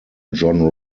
john